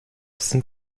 sind